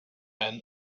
men